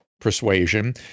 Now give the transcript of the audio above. persuasion